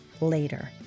later